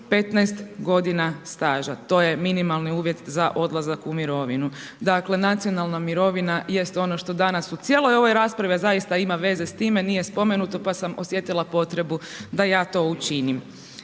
15 godina staža. To je minimalni uvjet za odlazak u mirovinu. Dakle, nacionalna mirovina jest ono što danas u cijeloj ovoj raspravi, a zaista ima veze s time, nije spomenuto, pa sam osjetila potrebu da ja to učinim.